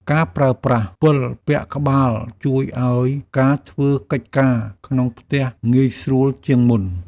ការប្រើប្រាស់ពិលពាក់ក្បាល ជួយឱ្យការធ្វើកិច្ចការក្នុងផ្ទះងាយស្រួលជាងមុន។